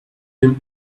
him